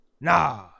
Nah